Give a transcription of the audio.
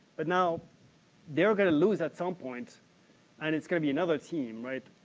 but now they're going to loss at some point and it's going to be another team, right?